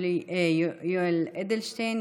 יולי יואל אדלשטיין,